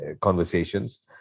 conversations